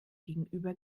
gegenüber